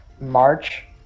March